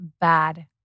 bad